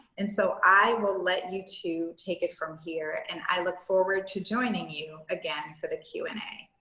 and so i will let you two take it from here. and i look forward to joining you again for the q and a.